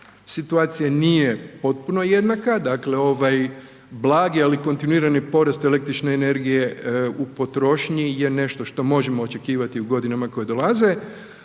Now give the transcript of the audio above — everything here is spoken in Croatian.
situacija nije potpuno jednaka, dakle ovaj blagi ali kontinuirani porast električne energije u potrošnji je nešto što možemo očekivati u godinama koje dolaze,